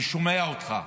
אני שומע אותך.